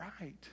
right